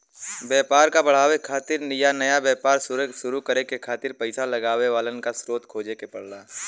व्यापार क बढ़ावे खातिर या नया व्यापार शुरू करे खातिर पइसा लगावे वालन क स्रोत खोजे क पड़ला